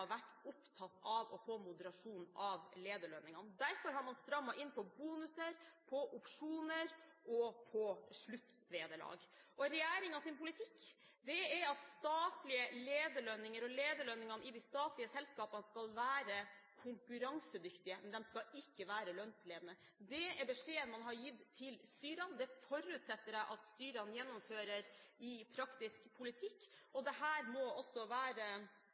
vært opptatt av å få moderasjon i lederlønningene. Derfor har man strammet inn på bonuser, på opsjoner og på sluttvederlag. Regjeringens politikk er at statlige lederlønninger og lederlønningene i de statlige selskapene skal være konkurransedyktige, men de skal ikke være lønnsledende. Det er beskjeden man har gitt til styrene. Det forutsetter jeg at styrene gjennomfører i praktisk politikk, og dette må også være